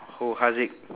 who haziq